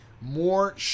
more